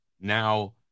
now